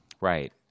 Right